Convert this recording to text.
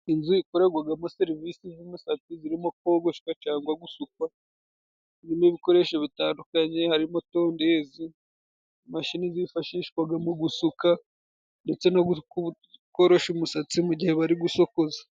Inzu ikorerwagamo serivisi z'umusatsi zirimo kogoshwa cyangwa gusukwa, irimo ibikoresho bitandukanye harimo tondezi, imashini zifashishwaga mu gusuka ndetse no korosha umusatsi mu gihe bari gusokoza.